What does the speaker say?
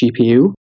GPU